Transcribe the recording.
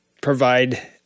provide